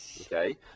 okay